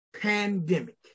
Pandemic